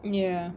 ya